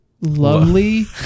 Lovely